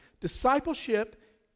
Discipleship